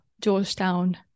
georgetown